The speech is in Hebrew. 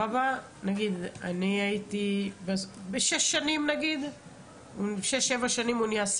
נניח 6-7 שנים.